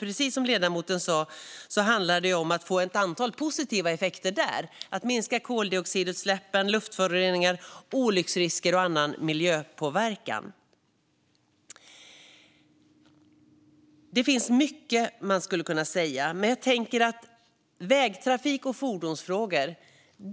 Precis som ledamoten sa handlar det om att få ett antal positiva effekter där - att minska olycksrisker, koldioxidutsläpp, luftföroreningar och annan miljöpåverkan. Det finns mycket man skulle kunna säga. Vägtrafik och fordonsfrågor